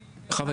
חוה,